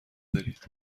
دارید